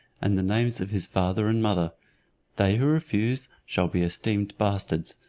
and the names of his father and mother they who refuse shall be esteemed bastards,